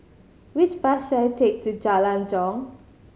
which bus should I take to Jalan Jong